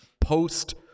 post